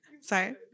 sorry